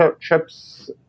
chips